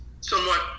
somewhat